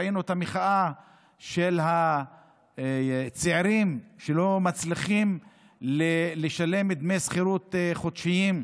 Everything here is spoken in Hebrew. ראינו את המחאה של הצעירים שלא מצליחים לשלם דמי שכירות חודשיים.